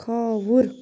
کھَووُر